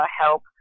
help